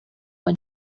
when